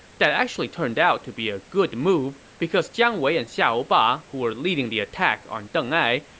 that actually turned out to be a good move, because jiang wei and xiahou ba, who were leading the attack on deng ai,